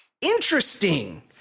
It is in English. Interesting